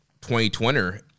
2020